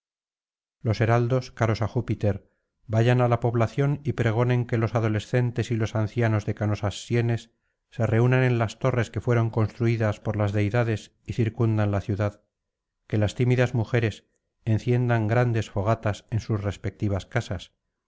los heraldos caros á júpiter vayan á la población y pregonen que los adolescentes y los ancianos de canosas sienes se reúnan en las torres que fueron construidas por las deidades y circundan la ciudad que las tímidas mujeres enciendan grandes fogatas en sus respectivas casas